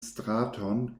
straton